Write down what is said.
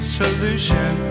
solution